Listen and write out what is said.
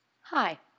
Hi